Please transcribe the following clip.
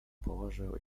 położył